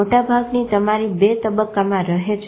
મોટાભાગની તમારી 2 તબક્કામાં રહે છે